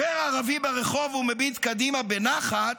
עובר ערבי ברחוב ומביט קדימה בנחת,